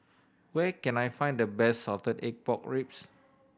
where can I find the best salted egg pork ribs